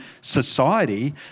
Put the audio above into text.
society